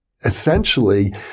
essentially